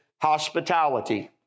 hospitality